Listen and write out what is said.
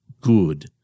good